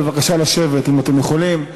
בבקשה לשבת אם אתם יכולים.